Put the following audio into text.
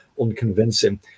unconvincing